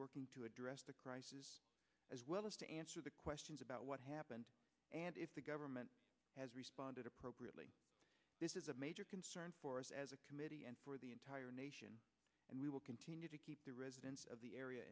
working to address the crisis as well as to answer the questions about what happened and if the government has responded appropriately this is a major concern for us as a committee and for the entire nation and we will continue to keep the residents of the area